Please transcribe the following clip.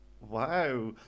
wow